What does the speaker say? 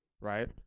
right